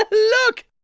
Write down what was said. look,